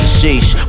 sheesh